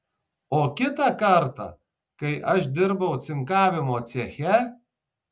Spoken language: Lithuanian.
o kitą kartą kai aš dirbau cinkavimo ceche